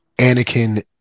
Anakin